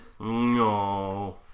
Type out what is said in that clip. No